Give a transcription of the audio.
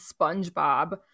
SpongeBob